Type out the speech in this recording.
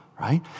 right